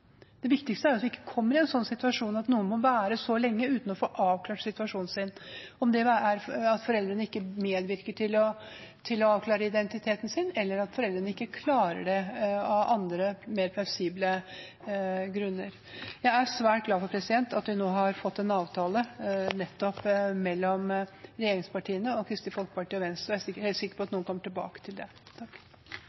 Det viktigste er at vi ikke kommer i en sånn situasjon, at noen må være så lenge uten å få avklart situasjonen sin – enten det er fordi foreldrene ikke medvirker til å avklare identiteten sin, eller at foreldrene ikke klarer det av andre, mer plausible grunner. Jeg er svært glad for at vi nå har fått en avtale mellom regjeringspartiene og Kristelig Folkeparti og Venstre. Jeg er helt sikker på at